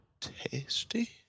Tasty